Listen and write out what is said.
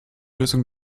lösung